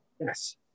Yes